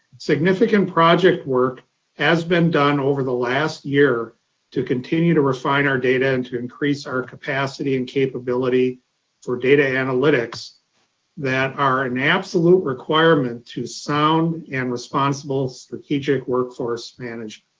significant project work has been done over the last year to continue to refine our data and to increase our capacity and capability for data analytics that are an absolute requirement to sound and responsible strategic workforce management.